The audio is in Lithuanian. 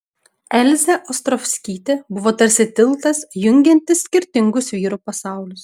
elzė ostrovskytė buvo tarsi tiltas jungiantis skirtingus vyrų pasaulius